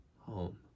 home